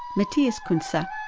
matthias kuntzel,